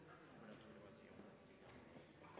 prosessen. Jeg må si at saksordføreren ikke